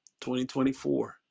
2024